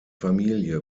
familie